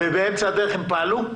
ובאמצע הדרך הם פעלו?